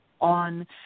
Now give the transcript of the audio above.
on